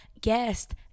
guest